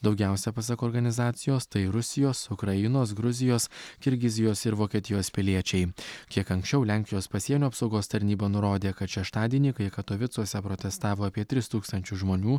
daugiausia pasak organizacijos tai rusijos ukrainos gruzijos kirgizijos ir vokietijos piliečiai kiek anksčiau lenkijos pasienio apsaugos tarnyba nurodė kad šeštadienį kai katovicuose protestavo apie tris tūkstančius žmonių